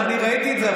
אני ראיתי את זה,